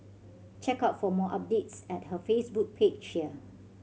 check out for more updates at her Facebook page here